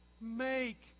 Make